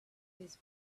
his